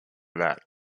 that